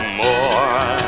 more